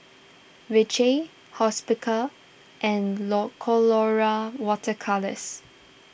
Vichy Hospicare and lo Colora Water Colours